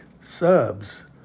subs